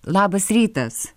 labas rytas